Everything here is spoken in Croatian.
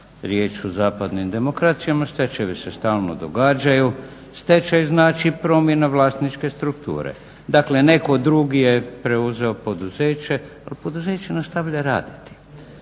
riječ u zapadnim demokracijama, stečajevi se stalno događaju. Stečaj znači promjena vlasničke strukture, dakle netko drugi je preuzeo poduzeće, ali poduzeće nastavlja raditi.